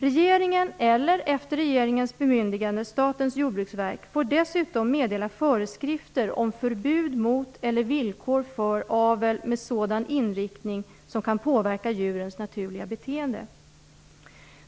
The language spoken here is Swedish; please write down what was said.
Regeringen eller, efter regeringens bemyndigande, Statens jordbruksverk får dessutom meddela föreskrifter om förbud mot eller villkor för avel med sådan inriktning som kan påverka djurens naturliga beteende.